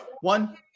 One